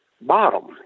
bottom